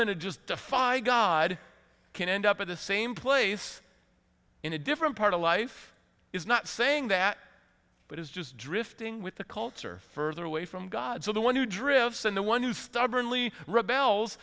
going to just defy god can end up in the same place in a different part of life is not saying that but is just drifting with the cults or further away from god so the one who drifts and the one who stubbornly rebels